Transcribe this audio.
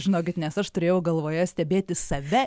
žinokit nes aš turėjau galvoje stebėti save